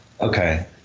Okay